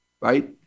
right